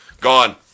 Gone